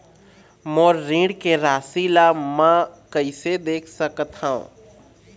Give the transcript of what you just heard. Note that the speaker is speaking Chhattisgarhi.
मोर ऋण के राशि ला म कैसे देख सकत हव?